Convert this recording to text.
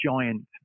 giant